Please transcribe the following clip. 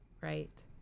right